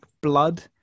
blood